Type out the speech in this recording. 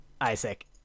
Isaac